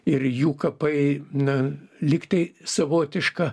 ir jų kapai na lygtai savotiška